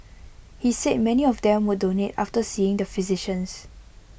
he said many of them would donate after seeing the physicians